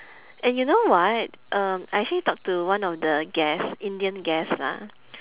and you know what um I actually talk to one of the guest indian guest lah